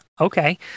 Okay